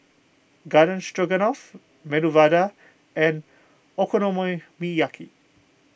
Garden Stroganoff Medu Vada and